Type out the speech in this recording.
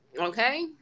okay